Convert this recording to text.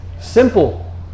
Simple